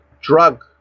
drug